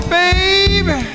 baby